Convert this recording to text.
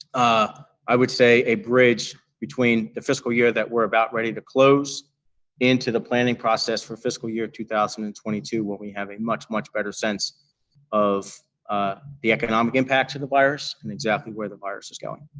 ah i would say, a bridge between the fiscal year that we're about ready to close into the planning process for fiscal year two thousand and twenty two where we have a much, much better sense of ah the economic impacts of the virus and exactly where the virus is going.